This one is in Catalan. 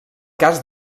cas